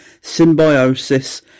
Symbiosis